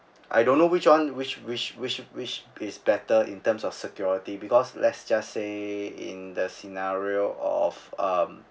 I don't know which [one] which which which which plays better in terms of security because let's just say in the scenario of um